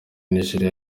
nigeria